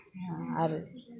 आरो